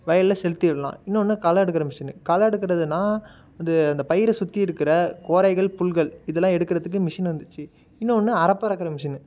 வயல்ல செலுத்திடலாம் இன்னொன்று களை எடுக்கிற மிஷின் களை எடுக்கிறதுன்னா அது அந்த பயிரை சுற்றி இருக்கிற கோரைகள் புல்கள் இதெல்லாம் எடுக்கிறதுக்கு மிஷின் வந்திருச்சு இன்னொன்று அறப்பறுக்கிற மிஷின்